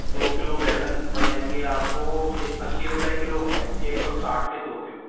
दो किलो बैगन पड़ जाएंगे आपको ये अस्सी रुपए किलो हैं एक साै साठ के दो किलो